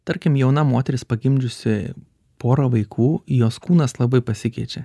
tarkim jauna moteris pagimdžiusi porą vaikų jos kūnas labai pasikeičia